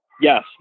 yes